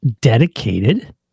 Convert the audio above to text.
dedicated